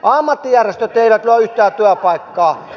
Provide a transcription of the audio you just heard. ammattijärjestöt eivät luo yhtään työpaikkaa